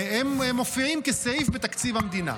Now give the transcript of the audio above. הן מופיעות כסעיף בתקציב המדינה.